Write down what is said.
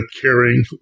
caring